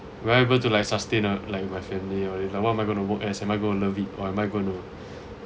will I be able to like sustain a like my family or what am I gonna work as am I go love it or am I going to